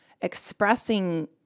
expressing